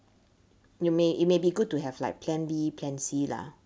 you may it may be good to have like plan B plan C lah